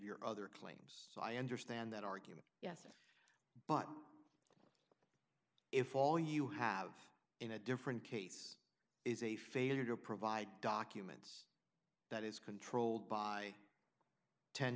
your other claims so i understand that argument yes but if all you have in a different case is a failure to provide documents that is controlled by